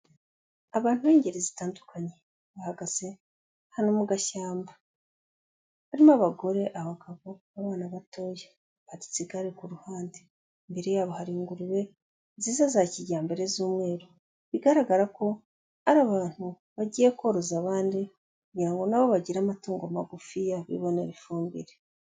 Abantu b'ingeri zitandukanye bahagaze ahantu mu gashyamba. Harimo abagore, abagabo n'abana batoya. Baparitse igare ku ruhande. Imbere yabo hari ingurube nziza za kijyambere z'umweru. Bigaragara ko ari abantu bagiye koroza abandi kugira ngo na bo bagire amatungo magufiya bibonere ifumbire.